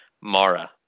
Mara